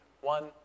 One